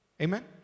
Amen